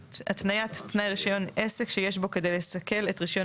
(3)התניית תנאי רישיון עסק שיש בהם כדי לסכל את מתן רישיון